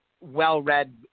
well-read